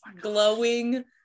glowing